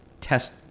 test